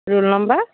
roll number